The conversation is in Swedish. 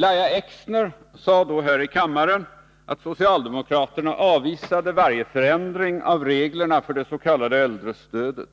Lahja Exner sade då här i kammaren, att socialdemokraterna avvisade 49 varje förändring av reglerna för det s.k. äldrestödet.